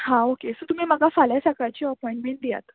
हा okay so तुमी म्हाका फाल्यां सकाळची अपोयंटमेंट दियात